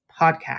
podcast